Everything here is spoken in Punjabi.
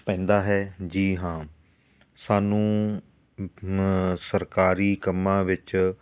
ਪੈਂਦਾ ਹੈ ਜੀ ਹਾਂ ਸਾਨੂੰ ਸਰਕਾਰੀ ਕੰਮਾਂ ਵਿੱਚ